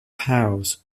house